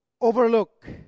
overlook